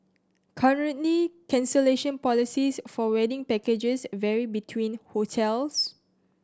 currently cancellation policies for wedding packages vary between hotels